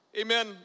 Amen